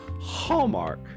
Hallmark